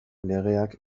legeak